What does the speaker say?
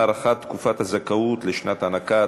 הארכת תקופת הזכאות לשעת הנקה),